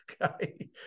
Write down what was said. Okay